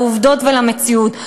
לעובדות ולמציאות.